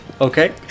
Okay